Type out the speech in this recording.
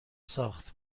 ساخت